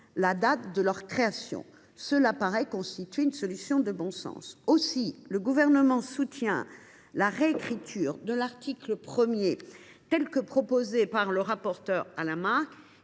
la date de leur création. Cela paraît constituer une solution de bon sens. Aussi, le Gouvernement soutient la réécriture de l’article 1 telle qu’elle a été proposée par le rapporteur Alain